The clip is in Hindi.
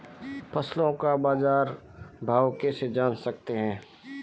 फसलों का बाज़ार भाव कैसे जान सकते हैं?